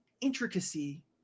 intricacy